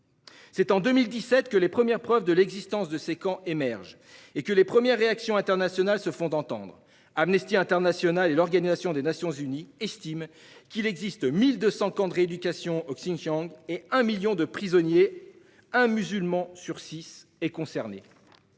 C'est en 2017 que les premières preuves de l'existence de ces camps émergent et que les premières réactions internationales se font entendre. Amnesty International et l'Organisation des Nations unies estiment qu'il existe 1 200 camps de rééducation au Xinjiang, et que 1 million de prisonniers y sont incarcérés,